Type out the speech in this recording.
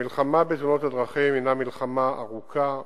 המלחמה בתאונות הדרכים הינה מלחמה ארוכה,